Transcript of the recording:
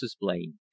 blaine